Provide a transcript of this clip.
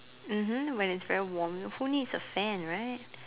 mmhmm when it's very warm your phone needs a fan right